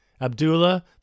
Abdullah